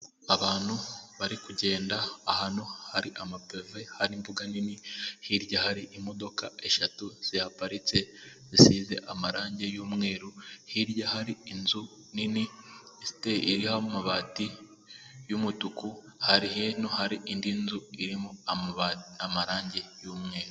Abantu bari kugenda ahantu hari amapeve hari imbuga nini hirya hari imodoka eshatu ziparitse zisize amarangi y'umweru hirya hari inzu nini icyeye iriho amabati y'umutuku hari indi nzu irimo amarangi y'umweru.